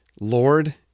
Lord